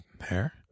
hair